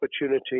opportunity